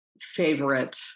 favorite